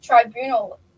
Tribunal